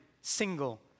single